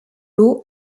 l’eau